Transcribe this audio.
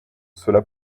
cela